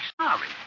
sorry